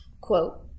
quote